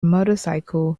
motorcycle